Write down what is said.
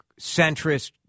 centrist